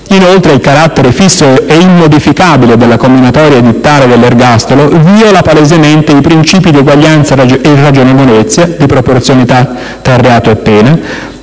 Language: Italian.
Inoltre, il carattere fisso ed immodificabile della comminatoria edittale dell'ergastolo viola palesemente i principi di eguaglianza e ragionevolezza, di proporzionalità tra reato e pena,